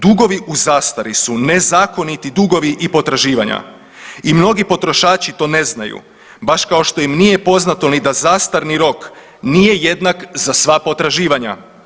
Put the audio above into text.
Dugovi u zastari su nezakoniti dugovi i potraživanja i mnogi potrošači to ne znaju baš kao što im nije poznato ni da zastarni rok nije jednak za sva potraživanja.